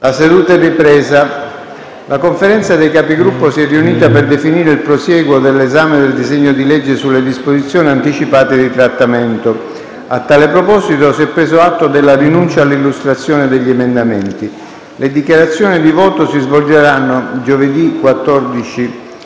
una nuova finestra"). La Conferenza dei Capigruppo si è riunita per definire il prosieguo dell'esame del disegno di legge sulle disposizioni anticipate di trattamento. A tale proposito, si è preso atto della rinuncia all'illustrazione degli emendamenti. Le dichiarazioni di voto si svolgeranno giovedì 14